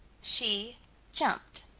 she jumped.